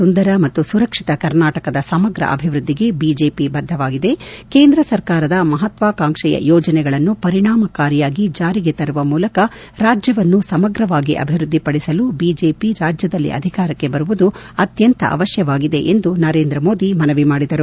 ಸುಂದರ ಮತ್ತು ಸುರಕ್ಷಿತ ಕರ್ನಾಟಕದ ಸಮಗ್ರ ಅಭಿವೃದ್ದಿಗೆ ಬಿಜೆಪಿ ಬದ್ದವಾಗಿದೆ ಕೇಂದ್ರ ಸರ್ಕಾರದ ಮಪತ್ವಾಕಾಂಕ್ಷೆಯ ಯೋಜನೆಗಳನ್ನು ಪರಿಣಾಮಕಾರಿಯಾಗಿ ಜಾರಿಗೆ ತರುವ ಮೂಲಕ ರಾಜ್ಯವನ್ನು ಸಮಗ್ರವಾಗಿ ಅಭಿವೃದ್ದಿ ಪಡಿಸಲು ಬಿಜೆಪಿ ರಾಜ್ಯದಲ್ಲಿ ಅಧಿಕಾರಕ್ಕೆ ಬರುವುದು ಅತ್ಯಂತ ಅವಶ್ಯವಾಗಿದೆ ಎಂದು ನರೇಂದ್ರ ಮೋದಿ ಮನವಿ ಮಾಡಿದರು